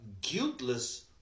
guiltless